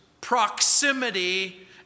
proximity